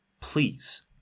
please